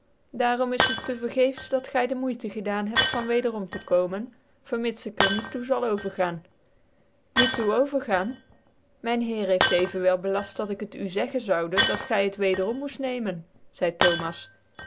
daarom is het tc vergeefs dat gy dc mocytc gedaan hebt van wederom tc komen vermits ik er niet toe zal overgaan niet toe overgaan myn lieer heeft evenwel belaft dat ik het u zeggen zoude dat gy het wederom moeit nemen zcidc thomas